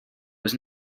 was